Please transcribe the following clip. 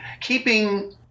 keeping